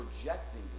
projecting